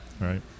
right